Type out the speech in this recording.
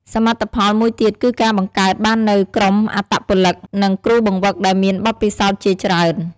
សមិទ្ធផលមួយទៀតគឺការបង្កើតបាននូវក្រុមអត្តពលិក និងគ្រូបង្វឹកដែលមានបទពិសោធន៍ជាច្រើន ។